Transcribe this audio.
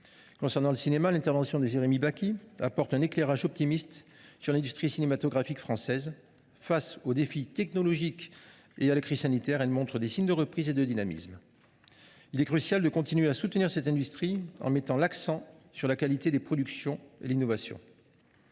française. L’intervention de Jérémy Bacchi apporte un éclairage optimiste sur l’industrie cinématographique française. Face aux défis technologiques et à la crise sanitaire, cette dernière montre des signes de reprise et de dynamisme. Il est crucial de continuer à soutenir cette industrie en mettant l’accent sur la qualité des productions et l’innovation.